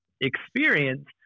experience